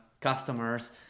customers